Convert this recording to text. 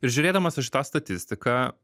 ir žiūrėdamas aš į tą statistiką